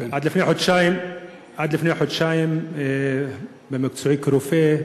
עד לפני חודשיים עבדתי במקצועי כרופא,